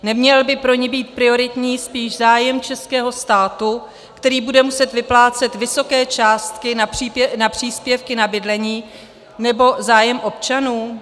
Neměl by pro ni být prioritní spíš zájem českého státu, který bude muset vyplácet vysoké částky na příspěvky na bydlení nebo zájem občanů?